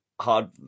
hard